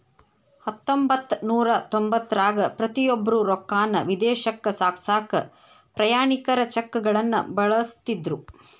ಹತ್ತೊಂಬತ್ತನೂರ ತೊಂಬತ್ತರಾಗ ಪ್ರತಿಯೊಬ್ರು ರೊಕ್ಕಾನ ವಿದೇಶಕ್ಕ ಸಾಗ್ಸಕಾ ಪ್ರಯಾಣಿಕರ ಚೆಕ್ಗಳನ್ನ ಬಳಸ್ತಿದ್ರು